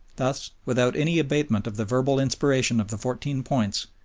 thus, without any abatement of the verbal inspiration of the fourteen points,